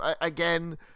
again